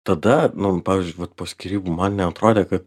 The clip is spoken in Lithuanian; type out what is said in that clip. tada mum pavyzdžiui po skyrybų man neatrodė kad